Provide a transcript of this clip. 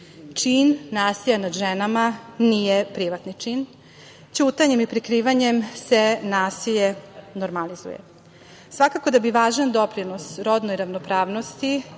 Čin nasilja nad ženama nije privatni čin. Ćutanjem i prikrivanjem se nasilje normalizuje. Svakako da bi važan doprinos rodnoj ravnopravnosti,